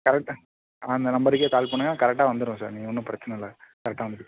கரெக்டாக ஆ இந்த நம்பருக்கே கால் பண்ணுங்க கரெக்டா வந்துருவேன் சார் நீங்கள் ஒன்றும் பிரச்சின இல்லை கரெக்டாக வந்துருவேன்